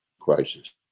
crisis